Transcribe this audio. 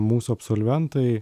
mūsų absolventai